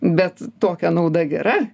bet tokia nauda gera